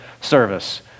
service